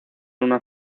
una